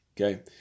Okay